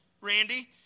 Randy